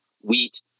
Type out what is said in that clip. wheat